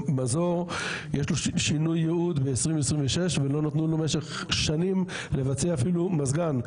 יש לו שינוי ייעוד ב-2026 ולא נתנו לנו במשך שנים לבצע אפילו מזגן,